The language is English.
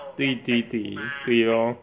对对对对 lor